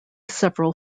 several